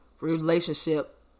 relationship